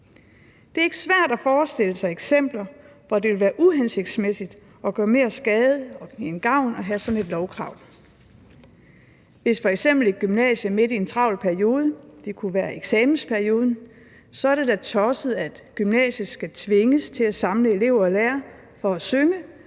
Det er ikke svært at forestille sig eksempler, hvor det ville være uhensigtsmæssigt og gøre mere skade end gavn at have sådan et lovkrav. Hvis f.eks. et gymnasium har travlt i en periode – det kunne være midt i eksamensperioden – er det da tosset, at gymnasiet skal tvinges til at samle elever og lærere for at synge,